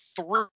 three